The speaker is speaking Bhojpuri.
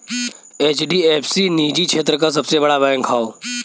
एच.डी.एफ.सी निजी क्षेत्र क सबसे बड़ा बैंक हौ